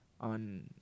on